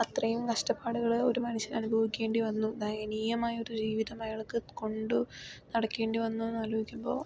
അത്രയും കഷ്ടപ്പാടുകൾ ഒരു മനുഷ്യൻ അനുഭവിക്കേണ്ടി വന്നു ദയനീയമായ ഒരു ജീവിതം അയാൾക്ക് കൊണ്ട് നടക്കേണ്ടി വന്നു എന്ന് ആലോചിക്കുമ്പോൾ